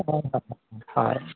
ᱦᱮᱸ ᱦᱮᱸ ᱦᱳᱭ